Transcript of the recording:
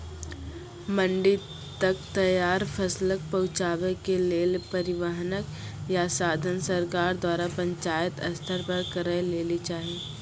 मंडी तक तैयार फसलक पहुँचावे के लेल परिवहनक या साधन सरकार द्वारा पंचायत स्तर पर करै लेली चाही?